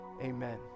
amen